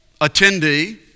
attendee